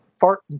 fart